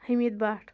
Hamid Bhat